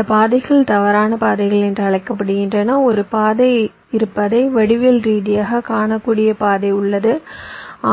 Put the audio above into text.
இந்த பாதைகள் தவறான பாதைகள் என்று அழைக்கப்படுகின்றன ஒரு பாதை இருப்பதை வடிவியல் ரீதியாக காணக்கூடிய பாதை உள்ளது